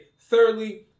Thirdly